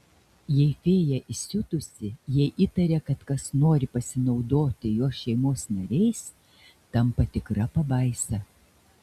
jei fėja įsiutusi jei įtaria kad kas nori pasinaudoti jos šeimos nariais tampa tikra pabaisa